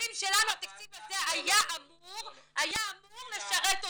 הילדים שלנו, התקציב הזה היה אמור לשרת אותם.